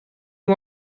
you